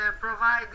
provide